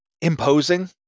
imposing